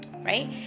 right